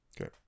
Okay